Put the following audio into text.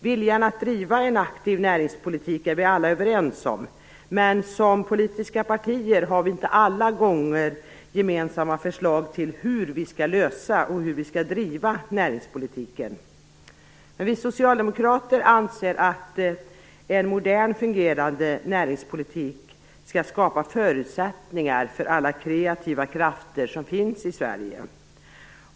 Viljan att driva en aktiv näringspolitik är vi alla överens om, men som politiska partier har vi inte alla gånger gemensamma förslag till hur vi skall driva näringspolitiken. Vi socialdemokrater anser att en modern fungerande näringspolitik skall skapa förutsättningar för alla kreativa krafter som finns i Sverige.